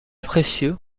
précieux